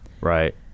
Right